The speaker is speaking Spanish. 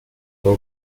por